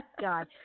God